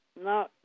No